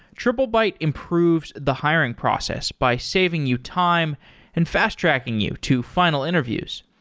triplebyte improves the hiring process by saving you time and fast-tracking you to final interviews.